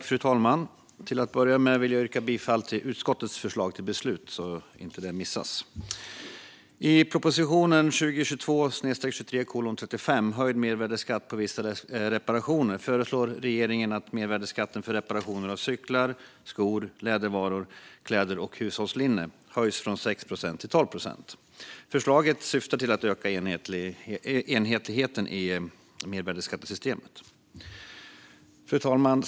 Fru talman! Jag yrkar bifall till utskottets förslag till beslut. I proposition 2022/23:35 Höjd mervärdesskatt på vissa reparationer föreslår regeringen att mervärdesskatten för reparationer av cyklar, skor, lädervaror, kläder och hushållslinne höjs från 6 procent till 12 procent. Förslaget syftar till att öka enhetligheten i mervärdesskattesystemet. Fru talman!